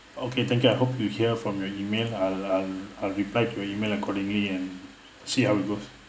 okay thank you I hope to hear from your email I'll I'll I'll reply to your email accordingly and see how it goes